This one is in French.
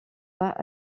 pas